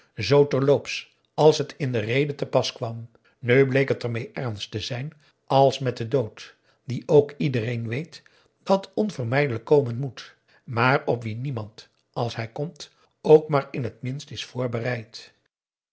ter loops als het in de rede te pas kwam nu bleek het ermee ernst te zijn als met den dood die ook iedereen weet dat onvermijdelijk komen moet maar op wien niemand als hij komt ook maar in het minst is voorbereid